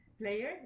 player